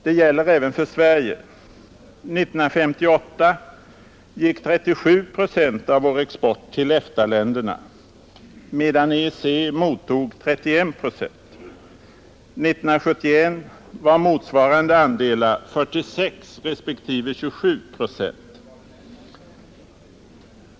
Det gäller även för Sverige: 1958 gick 37 procent av vår export till EFTA-länderna, medan EEC mottog 31 procent — 1971 var motsvarande andelar 46 respektive 27 procent.